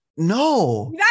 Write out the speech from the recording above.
no